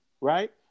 right